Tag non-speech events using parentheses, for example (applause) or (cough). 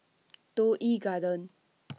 (noise) Toh Yi Garden (noise)